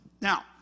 Now